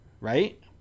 Right